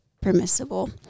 permissible